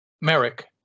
Merrick